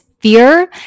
fear